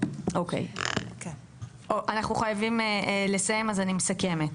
אוקיי, אנחנו חייבים לסיים אז אני מסכמת.